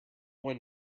one